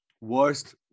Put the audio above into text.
Worst